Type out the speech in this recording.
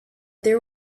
there